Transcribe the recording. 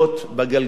תודה רבה, אדוני.